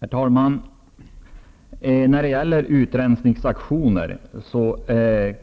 Herr talman! När det gäller utrensningsaktioner,